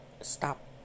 stop